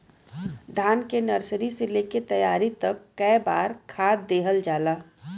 धान के नर्सरी से लेके तैयारी तक कौ बार खाद दहल जाला?